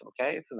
Okay